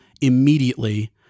immediately